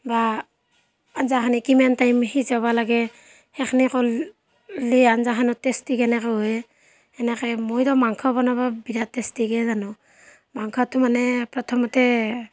বা আঞ্জাখিনি কিমান টাইম সিজাব লাগে সেইখিনি কৰিলে আঞ্জাখনৰ টেষ্টি কেনেকৈ হয় এনেকৈ মইটো মাংস বনাব বিৰাট টেষ্টিকৈ জানো মাংসটো মানে প্ৰথমতে